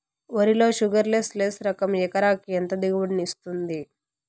వరి లో sugarless less రకం ఎకరాకి ఎంత దిగుబడినిస్తుంది